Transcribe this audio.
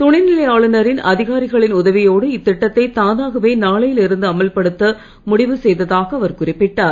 துணைநிலை ஆளுனர் அதிகாரிகளின் உதவியோடு இத்திட்டத்தை தானாகவே நாளையில் இருந்து அமல்படுத்த முடிவு செய்ததாக அவர் குறிப்பிட்டார்